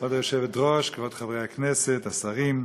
היושבת-ראש, כבוד חברי הכנסת, השרים,